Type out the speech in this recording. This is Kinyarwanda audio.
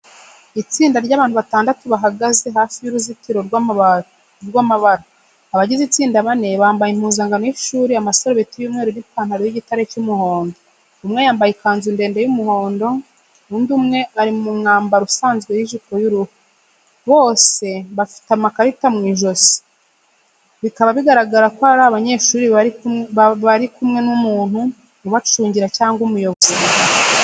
Itsinda ry’abantu batandatu bahagaze hafi y’uruzitiro rw’amabara . Abagize itsinda bane bambaye impuzankano y’ishuri amasarubeti y’umweru n’ipantalo y’igitare cy’umuhondo, umwe yambaye ikanzu ndende y’umuhondo, undi umwe ari mu mwambaro usanzwe n’ijipo y’uruhu. Bose bafite amakarita ku ijosi, bikaba bigaragaza ko ari abanyeshuri bari kumwe n’umuntu ubacungira cyangwa umuyobozi.